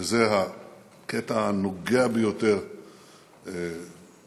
וזה הקטע הנוגע ביותר ללבי,